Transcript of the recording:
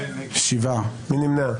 מי נמנע?